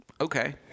Okay